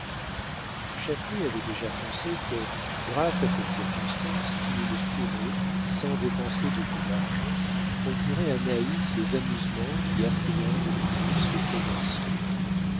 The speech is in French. du châtelet avait déjà pensé que grâce à cette circonstance il pourrait sans dépenser beaucoup d'argent procurer à naïs les amusements qui affriandent le plus les provinciaux